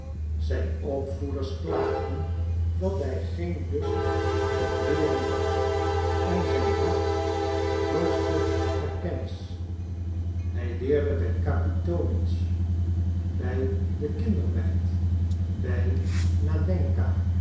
zijn opvoeders klaagden dat hij geen lust tot leeren had en zijn hart dorstte naar kennis hij leerde bij kapitonitsch bij de kindermeid bij nadenka